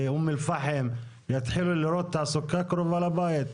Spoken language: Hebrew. באום אל פאחם יתחילו לראות תעסוקה קרובה לבית.